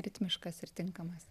ritmiškas ir tinkamas